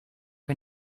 her